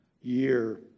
year